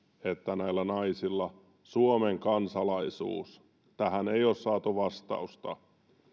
että näillä naisilla suomen kansalaisuus tähän ei ole saatu vastausta